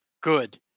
good